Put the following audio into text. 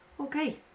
Okay